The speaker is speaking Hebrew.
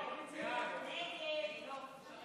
ההצעה להעביר את הנושא לוועדה לא נתקבלה.